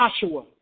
Joshua